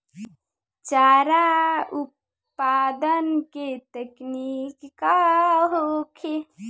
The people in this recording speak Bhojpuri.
चारा उत्पादन के तकनीक का होखे?